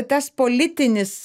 tas politinis